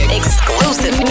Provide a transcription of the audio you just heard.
exclusive